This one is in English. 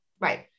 Right